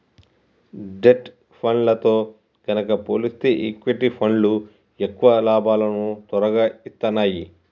debt ఫండ్లతో గనక పోలిస్తే ఈక్విటీ ఫండ్లు ఎక్కువ లాభాలను తొరగా ఇత్తన్నాయి